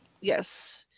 Yes